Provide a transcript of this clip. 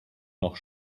noch